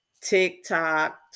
TikTok